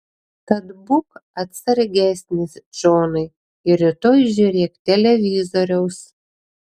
tad būk atsargesnis džonai ir rytoj žiūrėk televizoriaus